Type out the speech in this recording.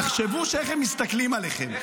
תחשבו איך הם מסתכלים עליכם.